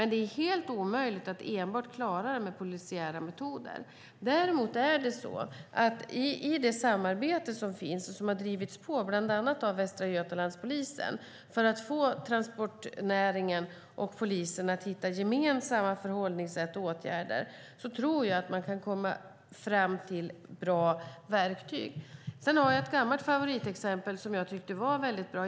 Det är dock helt omöjligt att klara det enbart med polisiära metoder. Däremot tror jag att man kan komma fram till bra verktyg i det samarbete som finns och som har drivits på bland annat av Västra Götalands-polisen för att få transportnäringen och polisen att hitta gemensamma förhållningssätt och åtgärder. Sedan har jag ett gammalt favoritexempel som jag tyckte var väldigt bra.